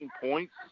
points